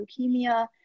leukemia